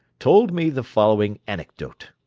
told me the following anecdote